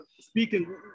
speaking